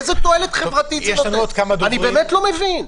איזה תועלת חברתית זה נותן, אני באמת לא מבין.